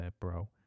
bro